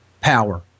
power